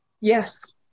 Yes